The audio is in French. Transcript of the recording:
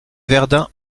verdun